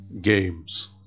Games